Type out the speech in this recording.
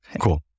Cool